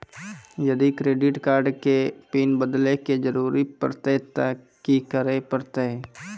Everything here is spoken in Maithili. यदि क्रेडिट कार्ड के पिन बदले के जरूरी परतै ते की करे परतै?